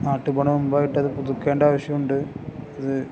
നാട്ടിൽ പോകുന്നതിന് മുൻപായിട്ട് അത് പുതുക്കേണ്ട ആവശ്യമുണ്ട് അത്